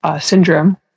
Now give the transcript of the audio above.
syndrome